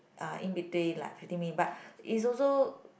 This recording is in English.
uh in between like fifteen minutes but is also